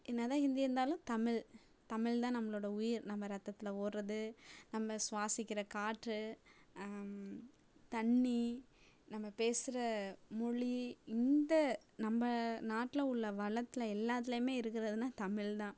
என்ன தான் ஹிந்தி இருந்தாலும் தமிழ் தமிழ் தான் நம்மளோட உயிர் நம்ம ரத்தத்தில் ஓடுறது நம்ம சுவாசிக்கிற காற்று தண்ணி நம்ம பேசுகிற மொழி இந்த நம்ம நாட்டில உள்ள வளத்தில் எல்லாத்திலையுமே இருக்கிறதுன்னா தமிழ் தான்